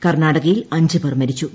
കർണാടകയിൽ അഞ്ചുപേർ മരിച്ചു